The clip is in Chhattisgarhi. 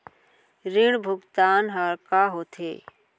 ऋण भुगतान ह का होथे?